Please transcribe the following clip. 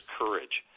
courage